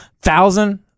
Thousand